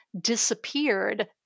disappeared